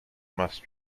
must